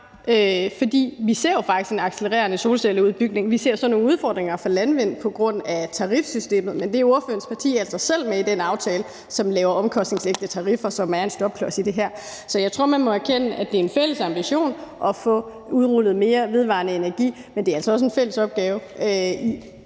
For vi ser jo faktisk en accelererende solcelleudbygning. Vi ser så nogle udfordringer for landvind på grund af tarifsystemet, men ordførerens parti er altså selv med i den aftale, som laver indfødningstariffer, som er en stopklods i det her. Så jeg tror, man må erkende, at det er en fælles ambition at få udrullet mere vedvarende energi, men der er altså også en fælles opgave i